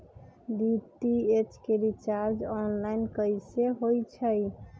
DTH के recharge online कैसे होईछई?